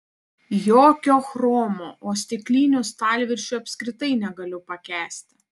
jokio chromo o stiklinių stalviršių apskritai negaliu pakęsti